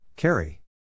Carry